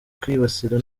kwibasira